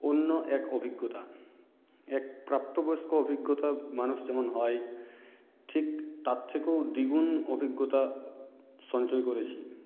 অন্য এক অভিজ্ঞতা এক প্রাপ্তবয়স্ক অভিজ্ঞতার মানুষ যেমন হয় ঠিক তার থেকেও দ্বিগুণ অভিজ্ঞতা সঞ্চয় করেছি